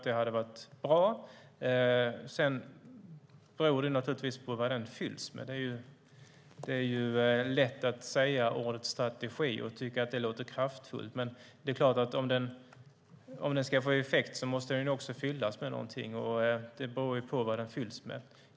Den skulle vara bra, men det beror naturligtvis på vad den fylls med. Det är lätt att säga ordet strategi och tycka att det låter kraftfullt. Om den ska få effekt måste den också fyllas med något, och det beror på vad den fylls med.